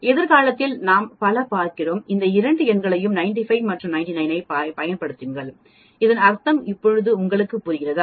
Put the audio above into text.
எதிர்காலத்தில் நாம் பல போகிறோம்இந்த 2 எண்களை 95 மற்றும் 99 ஐப் பயன்படுத்துங்கள் இதன் அர்த்தம் இப்போது உங்களுக்கு புரிகிறதா